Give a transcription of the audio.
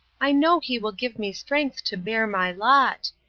i know he will give me strength to bear my lot.